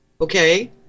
Okay